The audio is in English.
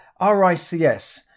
RICS